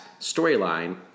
storyline